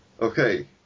Okay